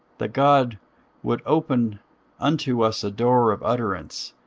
that god would open unto us a door of utterance,